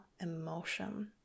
emotion